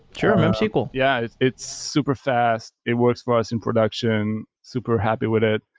sure! memsql yeah, it's it's superfast. it works for us in production. super happy with it.